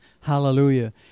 Hallelujah